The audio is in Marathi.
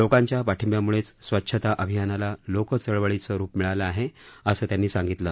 लोकांच्या पाठिंब्याम्ळेच स्वच्छता अभियानाला लोकचळवळीचं रुप मिळालं आहे असं त्यांनी सांगितलं